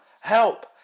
Help